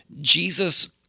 Jesus